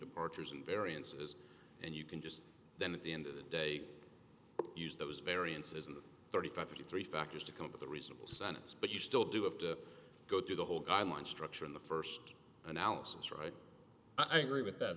departures and variances and you can just then at the end date use those variances in the thirty five fifty three factors to come up with a reasonable sentence but you still do have to go through the whole guidelines structure in the first analysis right i agree with that